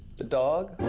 the dog?